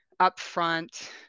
upfront